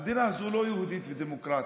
המדינה הזו לא יהודית ודמוקרטית,